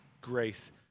grace